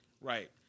Right